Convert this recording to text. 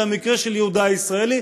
זה המקרה של יהודה הישראלי,